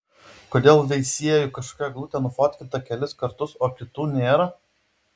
kodėl veisiejų kažkokia eglutė nufotkinta kelis kartus o kitų nėra